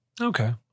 Okay